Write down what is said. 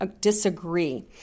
disagree